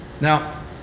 Now